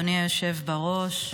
אדוני היושב-ראש,